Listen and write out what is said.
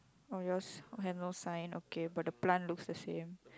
oh yours have no sign okay but the plant looks the same